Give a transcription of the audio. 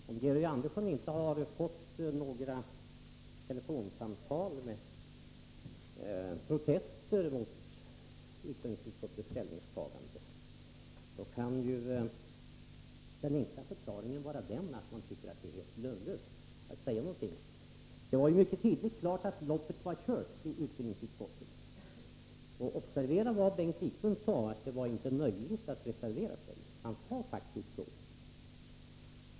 Herr talman! Om Georg Andersson inte har fått några telefonsamtal med protester mot utbildningsutskottets ställningstagande, kan den enkla förklaringen till detta vara att man tycker att det är helt lönlöst att säga någonting. Det stod mycket tidigt klart att ”loppet var kört” i utbildningsutskottet. Observera vad Bengt Wiklund sade, nämligen att det inte var möjligt att reservera sig! Han sade faktiskt så.